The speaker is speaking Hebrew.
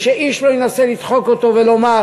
ושאיש לא ינסה לדחוק אותו ולומר: